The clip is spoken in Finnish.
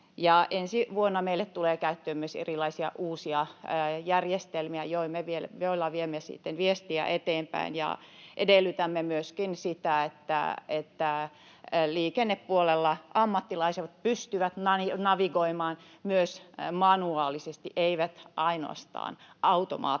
Ensi vuonna meille tulee käyttöön myös erilaisia uusia järjestelmiä, joilla viemme sitten viestiä eteenpäin. Edellytämme myöskin sitä, että liikennepuolella ammattilaiset pystyvät navigoimaan myös manuaalisesti, eivät ainoastaan automaattisesti.